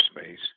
space